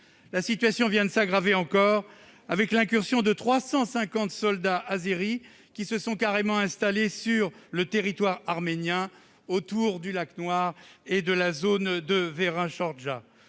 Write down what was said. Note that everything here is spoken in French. La situation s'aggrave encore avec l'incursion de 350 soldats azéris, qui se sont carrément installés sur le territoire arménien autour du lac Noir et de la zone de Verin Shorzha.